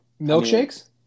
Milkshakes